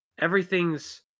everything's